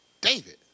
David